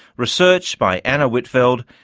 research by anna whitfeld,